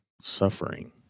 Suffering